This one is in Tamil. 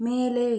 மேலே